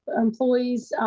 employees,